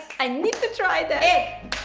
i need to try that! egg!